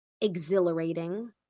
Exhilarating